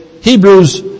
Hebrews